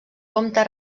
comte